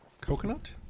coconut